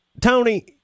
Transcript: Tony